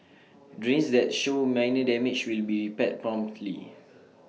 drains that show minor damage will be repaired promptly